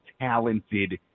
talented